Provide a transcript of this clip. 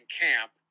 camp